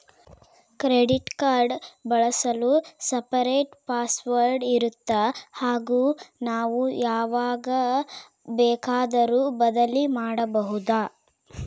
Credit card ಬಳಸಲು separate password ಇರುತ್ತಾ ಹಾಗೂ ನಾವು ಯಾವಾಗ ಬೇಕಾದರೂ ಬದಲಿ ಮಾಡಬಹುದಾ?